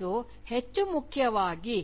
ಮತ್ತು ಹೆಚ್ಚು ಮುಖ್ಯವಾಗಿ